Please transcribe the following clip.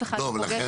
נכון.